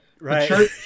Right